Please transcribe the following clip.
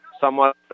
somewhat